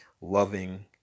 loving